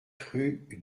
rue